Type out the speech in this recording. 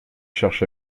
cherche